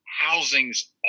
housings